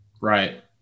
right